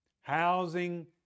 housing